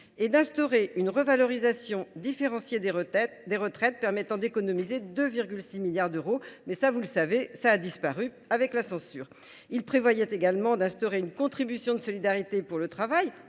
et d’instaurer une revalorisation différenciée des retraites permettant d’économiser 2,6 milliards d’euros. Tout cela, vous le savez, a disparu avec la censure. Il prévoyait également d’instaurer une contribution de solidarité pour le travail.